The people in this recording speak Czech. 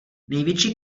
největší